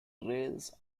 trails